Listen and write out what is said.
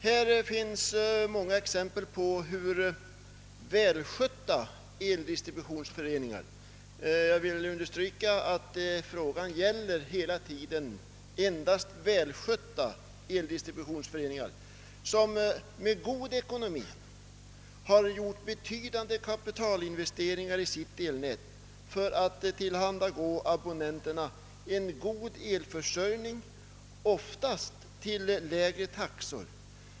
Det finns många exempel på välskötta eldistributionsföreningar — jag vill understryka att frågan gäller endast välskötta eldistributionsföreningar — som med god ekonomi har gjort betydande kapitalinvesteringar i sitt elnät för att tillhandagå abonnenterna med en god elförsäljning — oftast till lägre taxor.